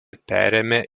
perėmė